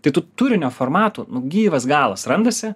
tai tų turinio formatų gyvas galas randasi